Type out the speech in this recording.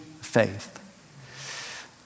faith